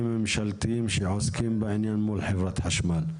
הממשלתיים שעוסקים בעניין מול חברת החשמל?